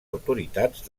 autoritats